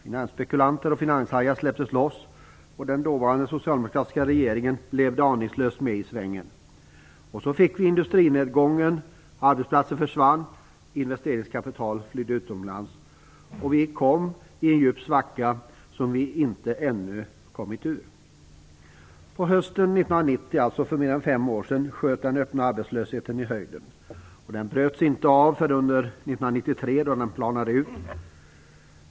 Finansspekulanter och finanshajar släpptes loss, och den dåvarande socialdemokratiska regeringen hängde aningslöst med i svängarna. Sedan kom industrinedgången. Arbetsplatser försvann. Investeringskapital flydde utomlands. Vi kom i en djup svacka, vilken vi ännu inte kommit ur. Hösten 1990, alltså för mer än fem år sedan, rusade den öppna arbetslösheten i höjden. Kurvan bröts inte förrän 1993. Då planades den ut och det vände.